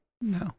no